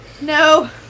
No